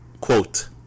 Quote